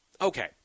Okay